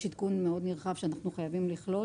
יש עדכון נרחב שאנחנו חייבים לכלול